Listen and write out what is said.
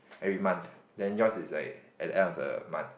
every month then yours is like at the end of the month